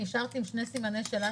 נשארתי עם שני סימני שאלה,